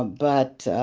but,